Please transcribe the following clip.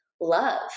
love